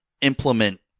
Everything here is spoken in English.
implement